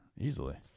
easily